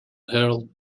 herald